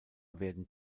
werden